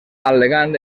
al·legant